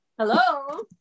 Hello